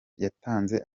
yatanze